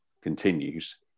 continues